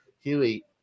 Huey